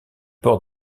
port